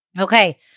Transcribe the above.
Okay